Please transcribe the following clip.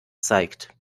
zeigt